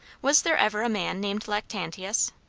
was there ever a man named lactantius?